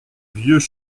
vieux